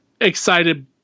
excited